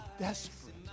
desperate